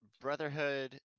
Brotherhood